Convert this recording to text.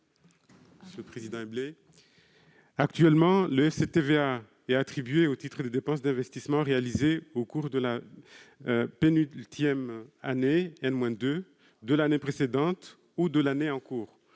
d'investissement. Actuellement, le FCTVA est attribué au titre des dépenses d'investissements réalisées au cours de la pénultième année, n-2, de l'année précédente ou de l'année en cours.